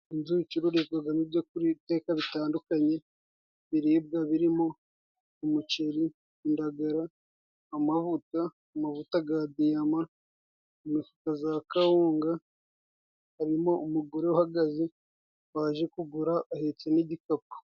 Inzu icururizwagamo ibyo guteka bitandukanye, biribwa birimo umuceri, indagara, amavuta, amavuta ga diyama, imifuka za kawunga, harimo umugore uhagaze waje kugura ahetse n'igikapu.